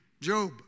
Job